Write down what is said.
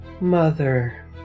Mother